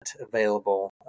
available